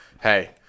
hey